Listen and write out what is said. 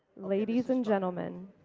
ladies and gentlemen,